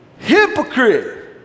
hypocrite